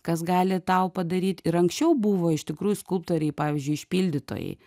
kas gali tau padaryt ir anksčiau buvo iš tikrųjų skulptoriai pavyzdžiui išpildytojai